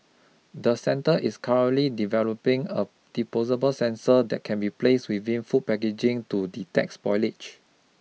the centre is currently developing a disposable sensor that can be placed within food packaging to detect spoilage